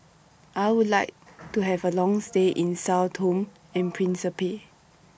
I Would like to Have A Long stay in Sao Tome and Principe